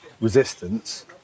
resistance